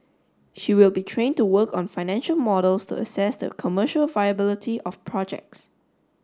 she will be trained to work on financial models to assess the commercial viability of projects